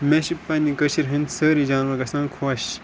مےٚ چھِ پنٛنہِ کٔشیٖرِ ہِنٛدۍ سٲری جانوَر گژھان خۄش